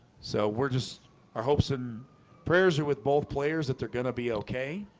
so we're just our hopes and prayers are with both players that they're gonna be. okay,